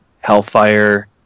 Hellfire